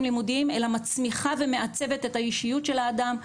לימודיים אלא מצמיחה ומעצבת את האישיות של האדם,